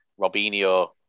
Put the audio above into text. Robinho